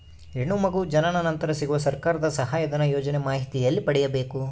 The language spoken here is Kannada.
ಹೆಣ್ಣು ಮಗು ಜನನ ನಂತರ ಸಿಗುವ ಸರ್ಕಾರದ ಸಹಾಯಧನ ಯೋಜನೆ ಮಾಹಿತಿ ಎಲ್ಲಿ ಪಡೆಯಬೇಕು?